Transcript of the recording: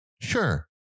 Sure